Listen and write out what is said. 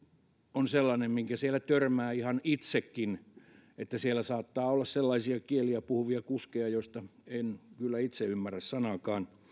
on sellainen mihinkä siellä törmää ihan itsekin että siellä saattaa olla sellaisia kieliä puhuvia kuskeja joista en kyllä itse ymmärrä sanaakaan